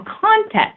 context